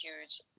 huge